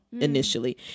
initially